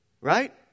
Right